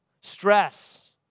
stress